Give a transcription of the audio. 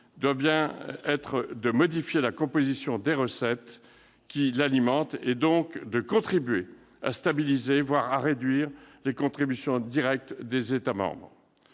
doit bien être de modifier la composition des recettes qui l'alimentent et, donc, de contribuer à stabiliser, voire à réduire les contributions directes des États membres.